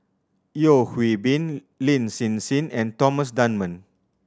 Yeo Hwee Bin Lin Hsin Hsin and Thomas Dunman